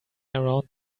around